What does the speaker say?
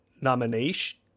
nomination